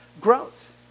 growth